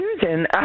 Susan